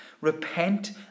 Repent